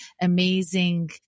amazing